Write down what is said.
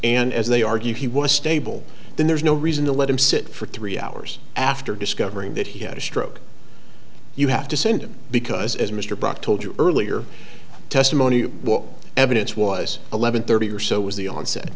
and as they argue he was stable then there's no reason to let him sit for three hours after discovering that he had a stroke you have to send him because as mr brock told you earlier testimony what evidence was eleven thirty or so was the onset